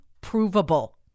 provable